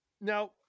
Now